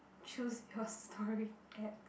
choose your story at